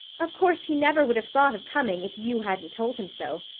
of course he never would have thought of coming, if you hadn't told him so,